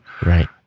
right